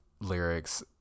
lyrics